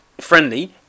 friendly